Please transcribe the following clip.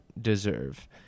deserve